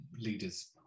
leaders